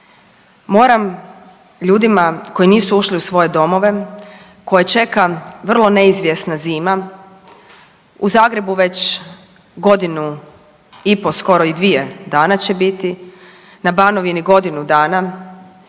Moram ljudima koji nisu ušli u svoje domove, koje čeka vrlo neizvjesna zima, u Zagrebu već godinu i po', skoro i dvije, dana će biti. Na Banovini godinu dana,